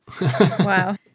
Wow